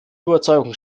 überzeugung